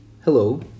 Hello